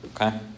Okay